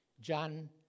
John